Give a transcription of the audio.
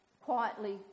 quietly